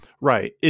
Right